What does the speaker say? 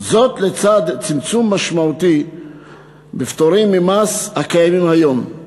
לצד צמצום משמעותי בפטורים ממס הקיימים היום.